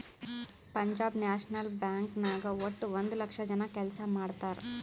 Punjab national bank ನಾಗ್ ವಟ್ಟ ಒಂದ್ ಲಕ್ಷ ಜನ ಕೆಲ್ಸಾ ಮಾಡ್ತಾರ್